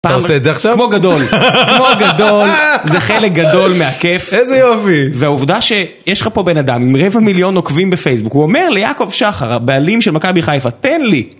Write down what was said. אתה עושה את זה עכשיו? כמו גדול, כמו גדול, זה חלק גדול מהכיף. איזה יופי. והעובדה שיש לך פה בן אדם עם רבע מיליון עוקבים בפייסבוק, הוא אומר ליעקב שחר, הבעלים של מכבי חיפה, תן לי.